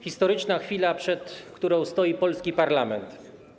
Historyczna chwila, przed którą stoi polski parlament.